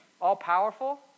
all-powerful